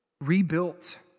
rebuilt